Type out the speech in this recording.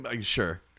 Sure